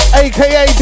aka